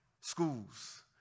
schools